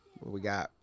we got?